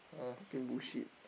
bullshit